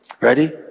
Ready